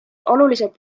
oluliselt